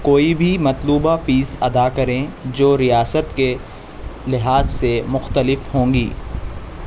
کوئی بھی مطلوبہ فیس ادا کریں جو ریاست کے لحاظ سے مختلف ہوں گی